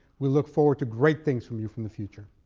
we look forward to great things from you from the future.